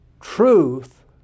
truth